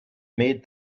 made